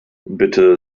bitte